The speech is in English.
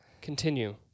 continue